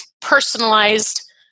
personalized